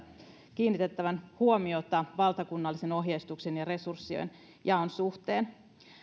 kiinnitettävän huomiota valtakunnallisen ohjeistuksen ja resurssien jaon suhteen